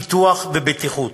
פיתוח ובטיחות.